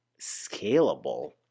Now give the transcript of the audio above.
scalable